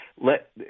let